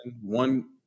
One